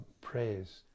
praise